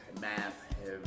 math